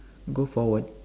go forward